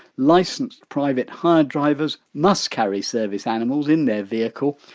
licensed private hire drivers must carry service animals in their vehicle.